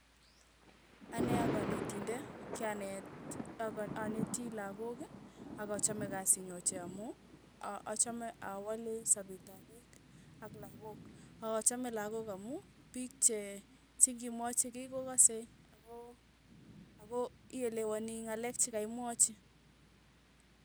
Ane akanetinde, kyaneet aka aneti lakok, ak achame kasii nyu ochei, a- achame awale sapeet ap piik ak lakok, ak achame lakok amu, piik che chikimwachi kei ko kasei, ako ako iyelewani ng'alek chekemwachi.